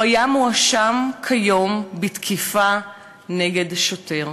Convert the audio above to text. הוא היה מואשם כיום בתקיפה נגד שוטר.